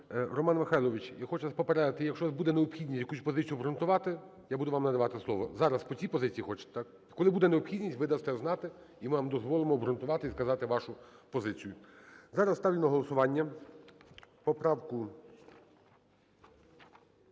Роман Михайлович, я хочу вас попередити: якщо буде необхідно якусь позицію обґрунтувати, я буду вам надавати слово. Зараз по цій позиції хочете, так? Коли буде необхідність, ви дасте знати, і ми вам дозволимо обґрунтувати і сказати вашу позицію. Зараз ставлю на голосування поправку